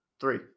Three